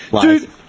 Dude